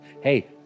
hey